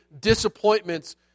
disappointments